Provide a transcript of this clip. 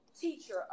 teacher